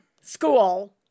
school